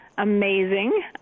Amazing